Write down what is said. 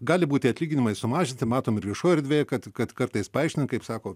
gali būti atlyginimai sumažinti matom ir viešoj erdvėj kad kad kartais paaiškina kaip sako